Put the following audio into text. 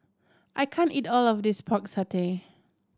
I can't eat all of this Pork Satay